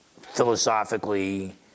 philosophically